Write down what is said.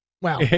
Wow